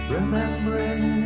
Remembering